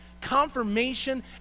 Confirmation